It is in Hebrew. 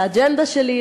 לאג'נדה שלי,